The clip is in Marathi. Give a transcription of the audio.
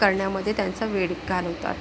करण्यामध्ये त्यांचा वेळ घालवतात